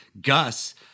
Gus